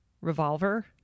revolver